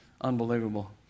unbelievable